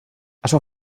açò